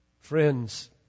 Friends